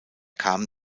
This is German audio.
kam